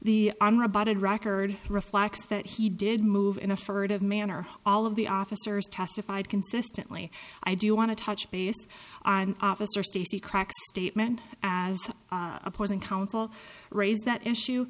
the unrebutted record reflects that he did move in a furtive manner all of the officers testified consistently i do want to touch base on officer stacy cracked statement as opposing counsel raise that issue